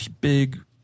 big